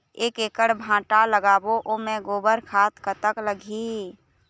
एक एकड़ भांटा लगाबो ओमे गोबर खाद कतक लगही?